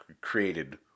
created